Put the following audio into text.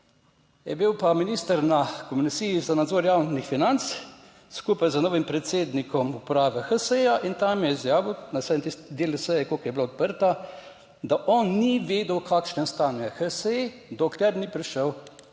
je bil pa minister na Komisiji za nadzor javnih financ skupaj z novim predsednikom uprave HSE in tam je izjavil na vsaj tisti del seje koliko je bila odprta, da on ni vedel v kakšnem stanju je HSE, dokler ni prišel nov